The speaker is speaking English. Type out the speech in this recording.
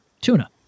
tuna